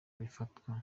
bifatwa